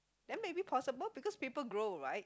then maybe possible because people grow right